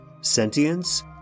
Sentience